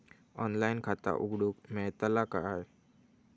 Online खाता उघडूक मेलतला काय?